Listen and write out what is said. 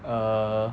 err